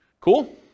Cool